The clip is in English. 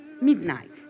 Midnight